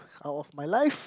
out of my life